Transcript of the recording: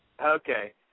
Okay